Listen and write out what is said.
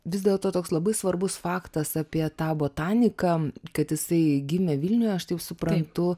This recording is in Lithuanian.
vis dėlto toks labai svarbus faktas apie tą botaniką kad jisai gimė vilniuje aš taip suprantu